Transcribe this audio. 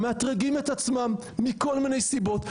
מאתרגים את עצמם מכל מיני סיבות,